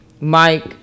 Mike